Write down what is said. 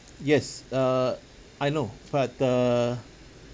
yes err I know but err